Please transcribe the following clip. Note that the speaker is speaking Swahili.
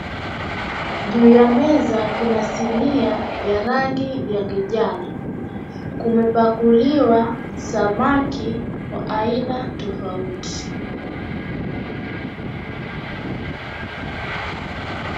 Juu ya meza kuna sinia ya rangi ya kijani kumepekuliwa samaki wa aina tofauti.